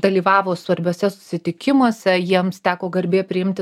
dalyvavo svarbiuose susitikimuose jiems teko garbė priimti